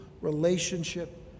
relationship